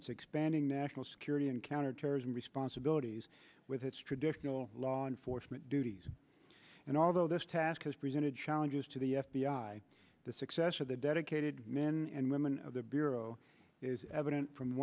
its expanding national security and counterterrorism responsibilities with its traditional law enforcement duties and although this task has presented challenges to the f b i the success of the dedicated men and women of the bureau is evident from